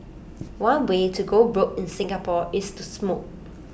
one way to go broke in Singapore is to smoke